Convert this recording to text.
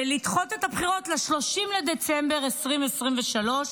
לדחות את הבחירות ל-30 בדצמבר 2023,